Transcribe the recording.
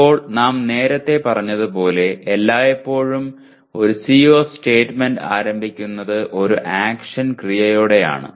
അപ്പോൾ നാം നേരത്തെ പറഞ്ഞതുപോലെ എല്ലായ്പ്പോഴും ഒരു CO സ്റ്റേറ്റ്മെന്റ് ആരംഭിക്കുന്നത് ഒരു ആക്ഷൻ ക്രിയയോടെയാണ്